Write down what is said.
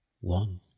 one